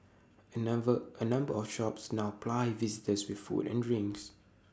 A number A number of shops now ply visitors with food and drinks